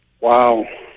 Wow